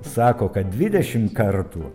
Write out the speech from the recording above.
sako kad dvidešimt kartų